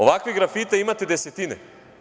Ovakvih grafita imate desetine.